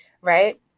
right